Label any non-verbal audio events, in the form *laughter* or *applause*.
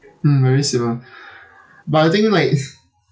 mm very similar *breath* but I think like *noise*